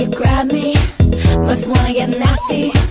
grab me must wanna get nasty